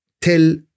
tell